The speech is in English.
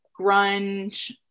grunge